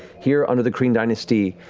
here, under the kryn dynasty,